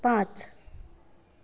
पांच